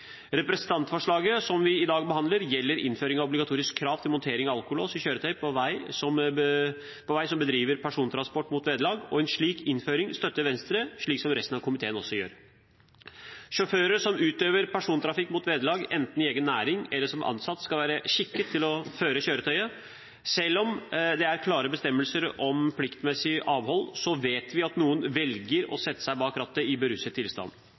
Representantforslaget som vi i dag behandler, gjelder innføring av obligatorisk krav til montering av alkolås i kjøretøy på vei som bedriver persontransport mot vederlag, og en slik innføring støtter Venstre, slik resten av komiteen også gjør. Sjåfører som utøver persontrafikk mot vederlag, enten i egen næring eller som ansatt, skal være skikket til å føre kjøretøyet. Selv om det er klare bestemmelser om pliktmessig avhold, vet vi at noen velger å sette seg bak rattet i beruset tilstand.